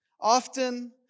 Often